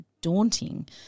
daunting